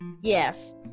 Yes